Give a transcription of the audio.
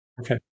Okay